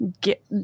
get